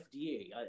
FDA